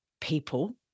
people